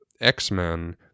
X-Men